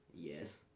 Yes